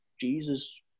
Jesus